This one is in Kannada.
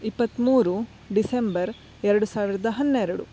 ಇಪ್ಪತ್ತ್ಮೂರು ಡಿಸೆಂಬರ್ ಎರಡು ಸಾವಿರದ ಹನ್ನೆರಡು